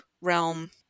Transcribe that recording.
realm